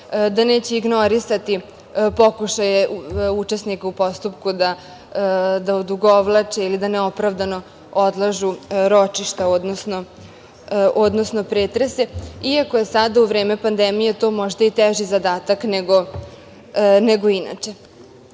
da neće ignorisati pokušaje učesnika u postupku da odugovlače ili da neopravdano odlažu ročišta, odnosno pretrese iako je sada u vreme pandemije to možda i teži zadatak nego inače. Važno